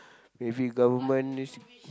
every Government is